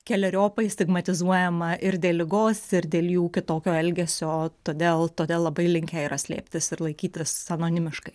keleriopai stigmatizuojama ir dėl ligos ir dėl jų kitokio elgesio todėl todėl labai linkę yra slėptis ir laikytis anonimiškai